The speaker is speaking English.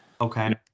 okay